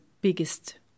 biggest